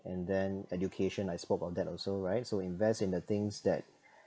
and then education I spoke about that also right so invest in the things that